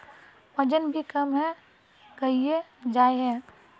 वजन भी कम है गहिये जाय है?